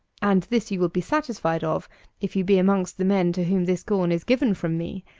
and this you will be satisfied of if you be amongst the men to whom this corn is given from me.